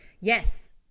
Yes